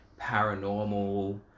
paranormal